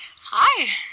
Hi